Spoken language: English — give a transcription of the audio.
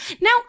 Now-